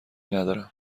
ندارم